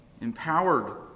empowered